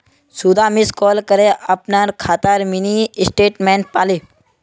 सुधा miss call करे अपनार खातार मिनी स्टेटमेंट पाले